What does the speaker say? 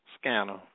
scanner